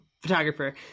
photographer